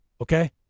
okay